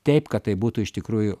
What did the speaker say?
taip kad tai būtų iš tikrųjų